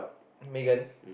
Megan